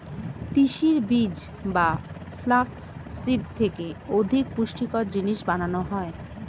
তিসির বীজ বা ফ্লাক্স সিড থেকে অধিক পুষ্টিকর জিনিস বানানো হয়